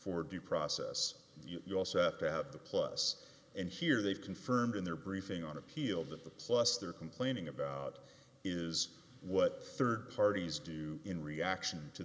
for due process you also have to have the plus and here they've confirmed in their briefing on appeal that the plus they're complaining about is what rd parties do in reaction to